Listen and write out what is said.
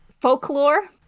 Folklore